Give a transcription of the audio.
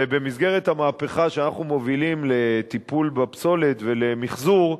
ובמסגרת המהפכה שאנחנו מובילים לטיפול בפסולת ולמיחזור,